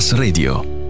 Radio